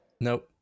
Nope